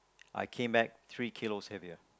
I came back three kilos heavier